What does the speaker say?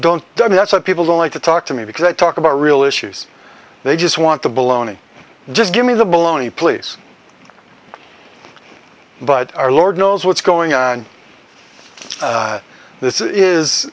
don't that's what people don't like to talk to me because i talk about real issues they just want to baloney just give me the baloney please but our lord knows what's going on this is